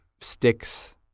sticks